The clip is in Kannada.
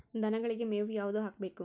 ದನಗಳಿಗೆ ಮೇವು ಯಾವುದು ಹಾಕ್ಬೇಕು?